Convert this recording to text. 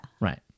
Right